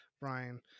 Brian